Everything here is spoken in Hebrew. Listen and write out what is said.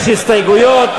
יש הסתייגויות,